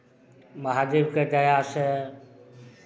महादेवके दयासँ